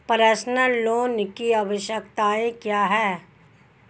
Personal loan की आवश्यकताएं क्या हैं?